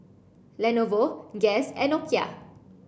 Lenovo Guess and Nokia